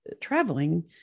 traveling